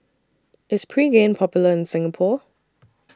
IS Pregain Popular in Singapore